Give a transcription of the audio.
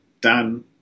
done